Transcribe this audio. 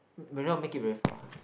will not make it very far